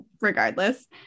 regardless